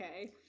okay